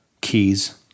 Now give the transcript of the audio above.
keys